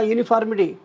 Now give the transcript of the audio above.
Uniformity